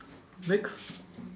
next